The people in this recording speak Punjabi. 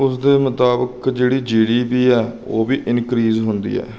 ਉਸਦੇ ਮੁਤਾਬਿਕ ਜਿਹੜੀ ਜੀਡੀਪੀ ਆ ਉਹ ਵੀ ਇਨਕ੍ਰੀਜ ਹੁੰਦੀ ਹੈ